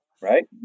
Right